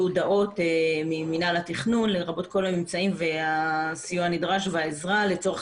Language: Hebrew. הודעות ממנהל התכנון לרבות כל האמצעים והסיוע הנדרש והעזרה לצורך